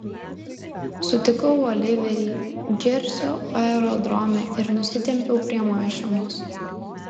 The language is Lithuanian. sutikau oliverį džersio aerodrome ir nusitempiau prie mašinos